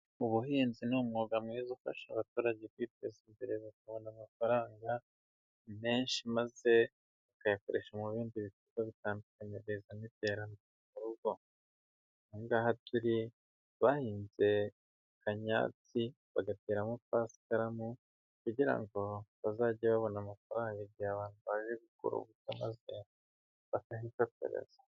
Ubuhinzi ni umwuga mwiza ufasha abaturage kwiteza imbere bakabona amafaranga menshi, maze bakayakoresha mu bindi bikorwa bitandukanye, agateza n'iterambere mu rugo, aha ngaha turi bahinze akanyatsi, bagateramo pasiparamu, kugira ngo bazajye babona amafaranga igihe abantu baje gukora ubukwe maze bakahifotoreza.